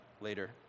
later